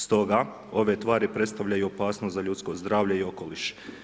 Stoga, ove tvari predstavljaju opasnost za ljudsko zdravlje i okoliš.